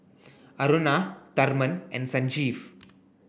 Aruna Tharman and Sanjeev